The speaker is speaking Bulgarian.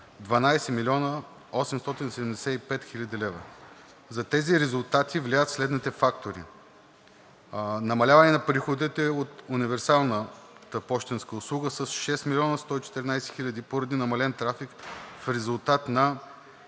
12 млн. 875 хил. лв. За тези резултати влияят следните фактори: намаляване на приходите от универсалната пощенска услуга с 6 млн. 114 хиляди поради намален трафик в резултат на